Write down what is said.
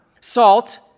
Salt